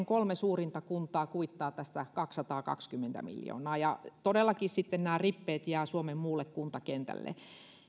kolme suurinta kuntaa kuittaavat tästä kaksisataakaksikymmentä miljoonaa niin todellakin sitten rippeet jäävät suomen muulle kuntakentälle